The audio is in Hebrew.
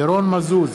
ירון מזוז,